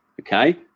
Okay